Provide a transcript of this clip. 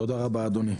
תודה רבה, אדוני.